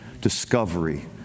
discovery